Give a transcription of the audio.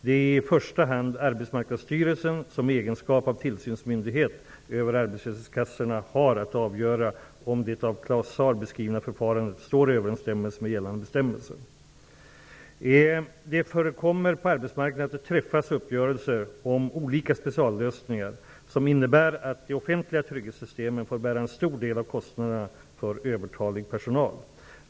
Det är i första hand Arbetsmarknadsstyrelsen som i egenskap av tillsynsmyndighet över arbetslöshetskassorna har att avgöra om det av Claus Zaar beskrivna förfarandet står i överensstämmelse med gällande bestämmelser. Det förekommer på arbetsmarknaden att det träffas uppgörelser om olika speciallösningar som innebär att de offentliga trygghetssystemen får bära en stor del av kostnaderna för övertalig personal.